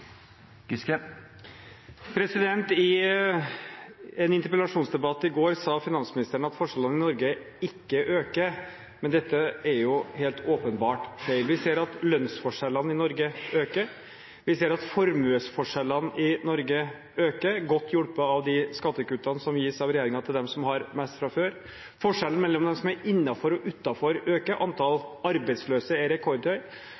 I en interpellasjonsdebatt i går sa finansministeren at forskjellene i Norge ikke øker. Dette er helt åpenbart feil. Vi ser at lønnsforskjellene i Norge øker, vi ser at formuesforskjellene i Norge øker – godt hjulpet av de skattekuttene som gis av regjeringen til dem som har mest fra før. Forskjellen mellom dem som er innenfor, og dem som er utenfor, øker. Antallet arbeidsløse er rekordhøyt, antall